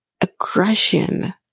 aggression